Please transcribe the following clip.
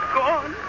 gone